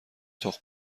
تخم